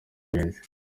benshi